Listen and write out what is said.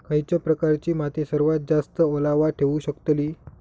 खयच्या प्रकारची माती सर्वात जास्त ओलावा ठेवू शकतली?